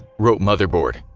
wrote motherboard.